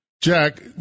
jack